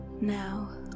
Now